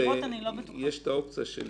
ניקח את האופציה של